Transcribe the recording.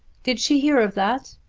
did she hear of that?